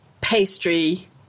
pastry